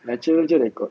natural jer record